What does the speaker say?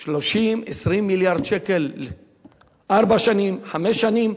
30, 20 מיליארד שקלים לארבע שנים, חמש שנים,